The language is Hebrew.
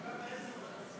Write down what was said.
מי בעד?